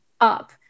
up